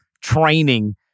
training